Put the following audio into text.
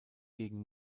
gegen